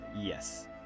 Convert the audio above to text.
Yes